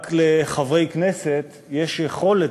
רק לחברי כנסת יש יכולת,